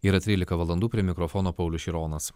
yra trylika valandų prie mikrofono paulius šironas